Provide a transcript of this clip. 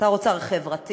שר אוצר חברתי,